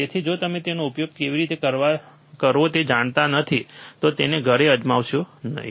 તેથી જો તમે તેનો ઉપયોગ કેવી રીતે કરવો તે જાણતા નથી તો તેને ઘરે અજમાવો નહીં